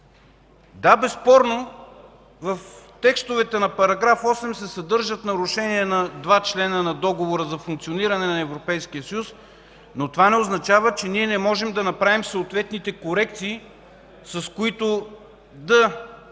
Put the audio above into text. Да, безспорно в текстовете на § 8 се съдържат нарушения на два члена на Договора за функциониране на Европейския съюз, но това не означава, че ние не можем да направим съответните корекции, с които да